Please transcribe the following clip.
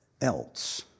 else